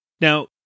Now